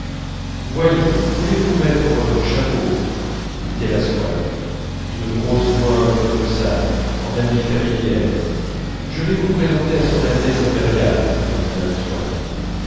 voyons voulez-vous mettre votre chapeau vous dit-elle à swann d'une grosse voix un peu maussade en amie familière je vais vous présenter à son altesse impériale me dit mme swann